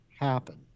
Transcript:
happen